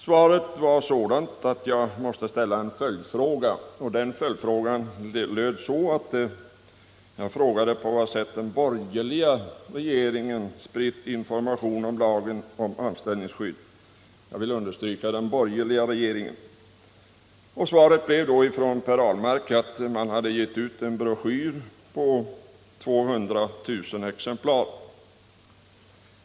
Svaret var sådant att jag måste ställa en följdfråga om på vad sätt den borgerliga regeringen spritt information om lagen om anställningsskydd. Svaret från Per Ahlmark blev då att man hade givit ut en broschyr i 200 000 exemplar.